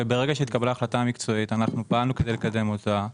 וברגע שהתקבלה החלטה מקצועית אנחנו פעלנו כדי לקדם אותה.